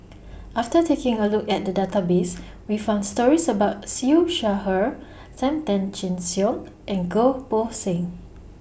after taking A Look At The Database We found stories about Siew Shaw Her SAM Tan Chin Siong and Goh Poh Seng